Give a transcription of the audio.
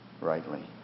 rightly